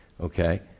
okay